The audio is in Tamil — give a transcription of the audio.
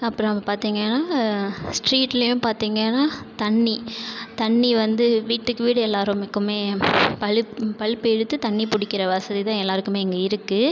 அப்புறம் பார்த்திங்கனா ஸ்ட்ரீட்லியும் பார்த்திங்கன்னா தண்ணி தண்ணி வந்து வீட்டுக்கு வீடு எல்லாருக்குமே பல் பலுப் இழுத்து தண்ணிபிடிக்கிற வசதிதான் எல்லாருக்குமே இங்கே இருக்குது